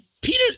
Peter